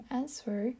answer